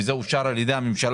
וזה אושר על ידי הממשלה,